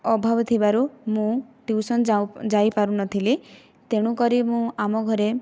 ଅଭାବ ଥିବାରୁ ମୁଁ ଟ୍ୟୁସନ ଯାଉ ଯାଇପାରୁନଥିଲି ତେଣୁକରି ମୁଁ ଆମ ଘରେ